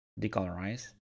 decolorize